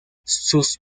sus